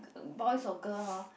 boys or girl hor